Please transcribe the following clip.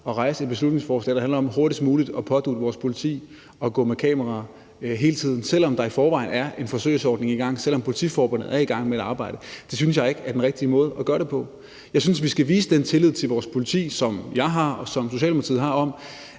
at fremsætte et beslutningsforslag, som handler om hurtigst muligt at pådutte vores politi at gå med kamera hele tiden, selv om der i forvejen er en forsøgsordning i gang, og selv om Politiforbundet er i gang med et arbejde, synes jeg ikke er den rigtige måde at gøre det på. Jeg synes, at vi skal vise den tillid til vores politi, som jeg har, og som Socialdemokratiet har,